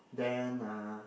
then uh